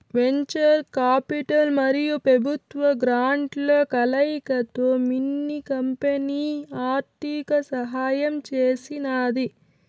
venture capital మరియు పెబుత్వ గ్రాంట్ల కలయికతో మిన్ని కంపెనీ ఆర్థిక సహాయం చేసినాది